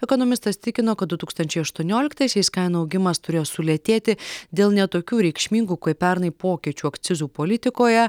ekonomistas tikino kad du tūkstančiai aštuonioliktaisiais kainų augimas turėjo sulėtėti dėl ne tokių reikšmingų kaip pernai pokyčių akcizų politikoje